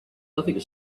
nothing